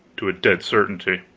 to a dead certainty.